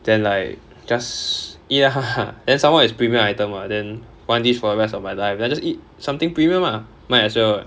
then like just ya and some more it's premium item ah then one dish for the rest of my life then I just eat something premium ah might as well [what]